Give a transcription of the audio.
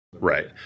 Right